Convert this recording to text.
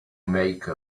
make